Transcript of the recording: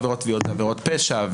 עבירות תביעות זה עבירות פשע,